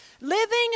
Living